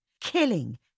killing